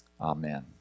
Amen